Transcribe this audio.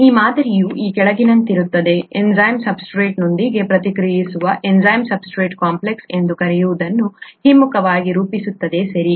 ಈ ಮಾದರಿಯು ಈ ಕೆಳಗಿನಂತಿರುತ್ತದೆ ಎನ್ಝೈಮ್ ಸಬ್ಸ್ಟ್ರೇಟ್ನೊಂದಿಗೆ ಪ್ರತಿಕ್ರಿಯಿಸಿ ಎನ್ಝೈಮ್ ಸಬ್ಸ್ಟ್ರೇಟ್ ಕಾಂಪ್ಲೆಕ್ಸ್ ಎಂದು ಕರೆಯುವುದನ್ನು ಹಿಮ್ಮುಖವಾಗಿ ರೂಪಿಸುತ್ತದೆ ಸರಿ